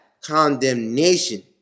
condemnation